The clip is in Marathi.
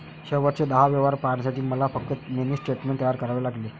शेवटचे दहा व्यवहार पाहण्यासाठी मला फक्त मिनी स्टेटमेंट तयार करावे लागेल